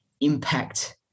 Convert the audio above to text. impact